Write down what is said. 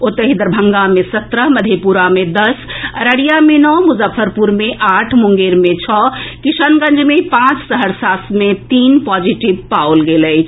ओतहि दरभंगा मे सत्रह मधेपुरा मे दस अररिया मे नओ मुजफ्फरपुर मे आठ मुंगेर मे छओ किशनगंज मे पांच सहरसा मे तीन पॉजिटिव पाओल गेल अछि